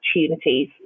opportunities